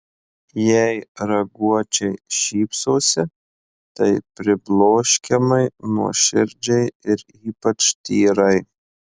jei raguočiai šypsosi tai pribloškiamai nuoširdžiai ir ypač tyrai